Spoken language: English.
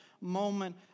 moment